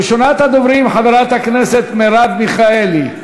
ראשונת הדוברים, חברת הכנסת מרב מיכאלי,